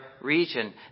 region